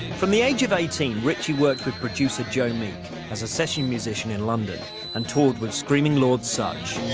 from the age of eighteen, ritchie worked for producer joe meek, as a sessions musician in london and toured with screaming lord sutch.